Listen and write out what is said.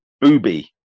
Booby